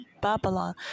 Babylon